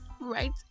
Right